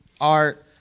art